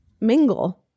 mingle